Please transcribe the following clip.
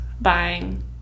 buying